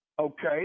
Okay